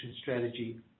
strategy